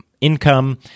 income